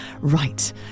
Right